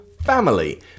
family